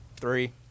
three